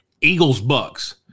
Eagles-Bucks